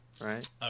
right